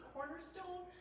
Cornerstone